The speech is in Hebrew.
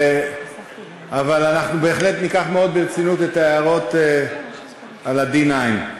אבל אנחנו בהחלט ניקח מאוד ברצינות את ההערות על ה-D9.